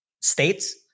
states